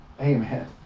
Amen